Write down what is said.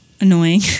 annoying